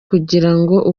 kugirango